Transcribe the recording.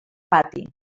pati